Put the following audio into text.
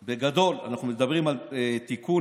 בגדול, אנחנו מדברים על תיקון